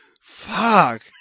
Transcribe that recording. Fuck